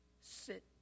sit